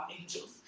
angels